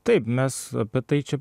taip mes apie tai čia